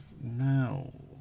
No